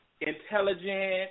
intelligent